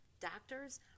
doctors